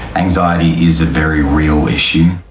anxiety is a very real issue.